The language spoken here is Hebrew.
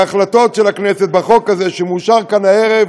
וההחלטות של הכנסת בחוק הזה, שמאושר כאן הערב,